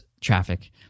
traffic